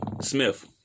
Smith